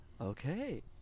Okay